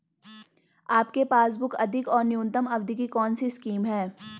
आपके पासबुक अधिक और न्यूनतम अवधि की कौनसी स्कीम है?